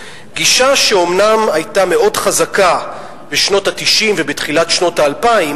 גישה שאומנם היתה מאוד חזקה בשנות ה-90 ובתחילת שנות האלפיים,